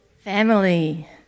Family